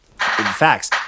Facts